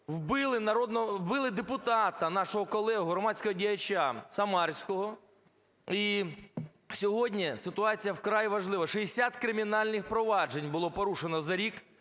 вбили депутата нашого колегу - громадського діяча Самарського. І сьогодні ситуація вкрай важлива. 60 кримінальних проваджень було порушено за рік,